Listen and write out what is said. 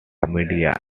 media